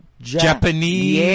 Japanese